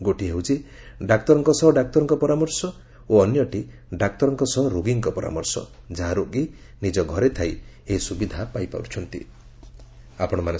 ଗୋଟିଏ ହେଉଛି ଡାକ୍ତରଙ୍କ ସହ ଡାକ୍ତରଙ୍କ ପରାମର୍ଶ ଓ ଅନ୍ୟଟି ଡାକ୍ତରଙ୍କ ସହ ରୋଗୀଙ୍କ ପରାମର୍ଶ ଯାହା ରୋଗୀ ନିଜ ଘରେ ଥାଇ ଏହି ସୁବିଧା ପାଇପାରିବେ